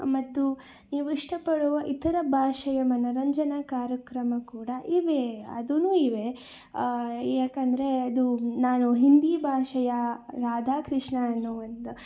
ಮತ್ತು ನೀವು ಇಷ್ಟಪಡುವ ಇತರ ಭಾಷೆಯ ಮನರಂಜನಾ ಕಾರ್ಯಕ್ರಮ ಕೂಡ ಇವೆ ಅದೂ ಇವೆ ಯಾಕಂದರೆ ಅದು ನಾನು ಹಿಂದಿ ಭಾಷೆಯ ರಾಧಾ ಕೃಷ್ಣ ಅನ್ನೋ ಒಂದು